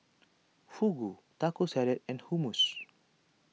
Fugu Taco Salad and Hummus